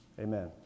amen